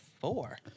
four